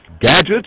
gadgets